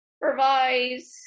revise